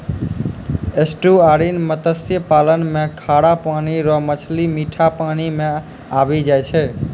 estuarine मत्स्य पालन मे खारा पानी रो मछली मीठा पानी मे आबी जाय छै